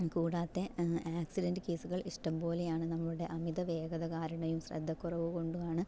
കൂടാതെ ആക്സിഡൻറ്റ് കേസുകൾ ഇഷ്ടം പോലെയാണ് നമ്മുടെ അമിത വേഗത കാരണവും ശ്രദ്ധക്കുറവും കൊണ്ടുമാണ്